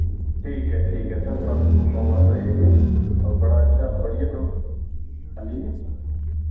ठीक ऐ ठीक ऐ ते सत्त टू नौ अस आई जागे बड़ा अच्छा बढ़िया हांजी